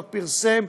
כבר פרסם,